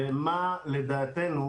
ומה לדעתנו,